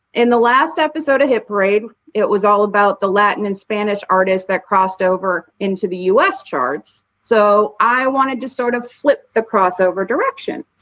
in the last episode, a hip raid. it was all about the latin and spanish artists that crossed over into the u s. charts. so i wanted to sort of flip the crossover direction.